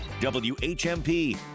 WHMP